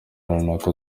runaka